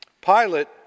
Pilate